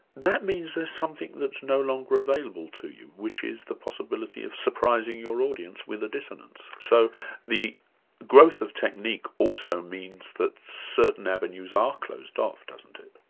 that means there's something that's no longer available to you, which is the possibility of surprising your audience with a dissonance. so the growth of technique also means that certain avenues are closed off, doesn't it?